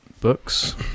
books